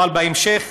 אבל בהמשך,